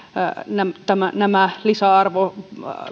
tämä lisäarvo